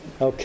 Okay